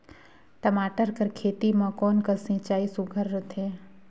टमाटर कर खेती म कोन कस सिंचाई सुघ्घर रथे?